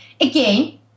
again